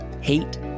hate